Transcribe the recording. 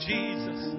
Jesus